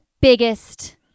biggest